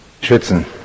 schützen